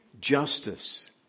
Justice